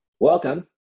Welcome